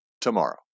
tomorrow